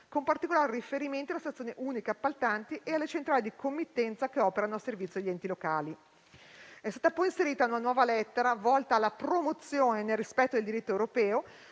con particolare riferimento alle stazioni uniche appaltanti e alle centrali di committenza che operano a servizio di enti locali. È stata poi inserita una nuova lettera volta alla promozione, nel rispetto del diritto europeo,